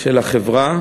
של החברה,